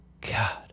god